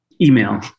email